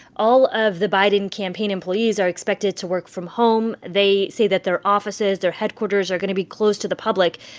all of the biden campaign employees are expected to work from home. they say that their offices, their headquarters are going to be closed to the public.